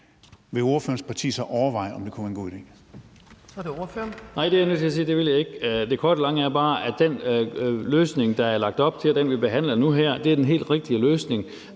vil ordførerens parti så overveje, om det kunne være en god idé?